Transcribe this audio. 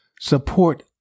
support